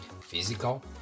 physical